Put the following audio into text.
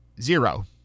Zero